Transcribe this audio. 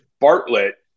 Bartlett